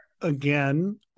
again